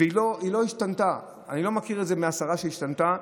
לא השתנתה, אני לא יודע מהשרה שהגישה השתנתה,